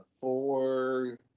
four